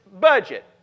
budget